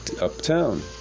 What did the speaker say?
uptown